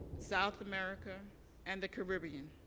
south america and the caribbean.